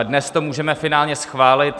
Dnes to můžeme finálně schválit.